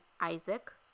Isaac